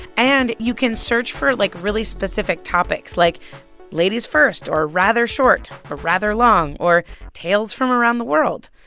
and you can search for, like, really specific topics like ladies first or rather short or rather long or tales from around the world.